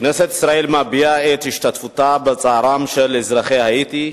1. כנסת ישראל מביעה את השתתפותה בצערם של אזרחי האיטי,